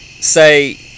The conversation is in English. say